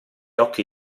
occhi